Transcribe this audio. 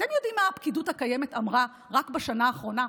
אתם יודעים מה הפקידות הקיימת אמרה רק בשנה האחרונה?